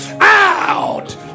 Out